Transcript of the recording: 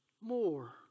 more